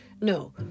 No